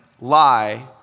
lie